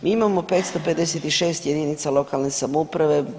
Mi imamo 556 jedinica lokalne samouprave.